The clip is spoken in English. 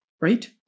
right